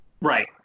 Right